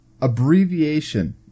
Abbreviation